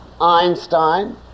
Einstein